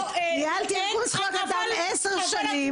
ניהלתי --- 10 שנים.